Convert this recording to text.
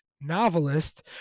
novelist